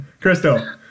Crystal